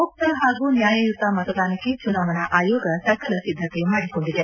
ಮುಕ್ತ ಹಾಗೂ ನ್ಯಾಯಯುತ ಮತದಾನಕ್ಕೆ ಚುನಾವಣಾ ಆಯೋಗ ಸಕಲ ಸಿದ್ದತೆ ಮಾಡಿಕೊಂಡಿದೆ